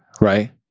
right